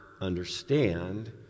understand